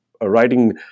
writing